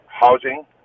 housing